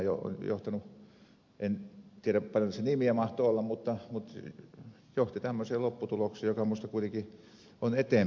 södermanin aloitteessa tämä johti en tiedä paljonko tässä nimiä mahtoi olla mutta tämmöiseen lopputulokseen joka minusta kuitenkin on eteenpäinmenoa